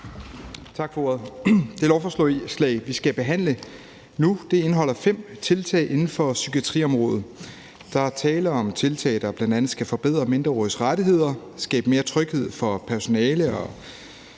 Tak for ordet. Det lovforslag, vi skal behandle nu, indeholder fem tiltag inden for psykiatriområdet. Der er tale om tiltag, der bl.a. skal forbedre mindreåriges rettigheder, skabe mere tryghed for personalet og